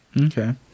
Okay